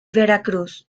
veracruz